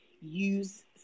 use